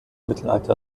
mittelalter